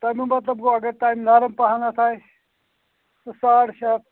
تَمیُک مطلب گوٚو اگر تَمہِ نَرَم پَہم آسہِ تہٕ ساڑ شےٚ ہَتھ